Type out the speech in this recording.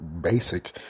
basic